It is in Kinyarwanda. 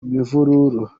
imvururu